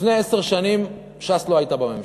לפני עשר שנים ש"ס לא הייתה בממשלה.